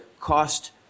cost